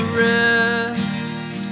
rest